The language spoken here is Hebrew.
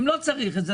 ואם לא צריך את זה,